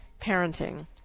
parenting